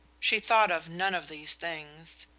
she thought of none of these things.